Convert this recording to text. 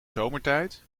zomertijd